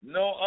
no